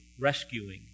rescuing